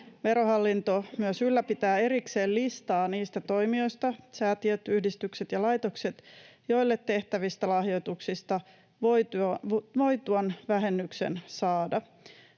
Verohallinto myös ylläpitää erikseen listaa niistä toimijoista — säätiöt, yhdistykset ja laitokset — joille tehtävistä lahjoituksista voi tuon vähennyksen saada.